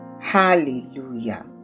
Hallelujah